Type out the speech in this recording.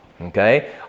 okay